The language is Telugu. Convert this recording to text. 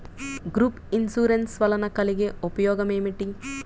గ్రూప్ ఇన్సూరెన్స్ వలన కలిగే ఉపయోగమేమిటీ?